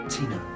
Tina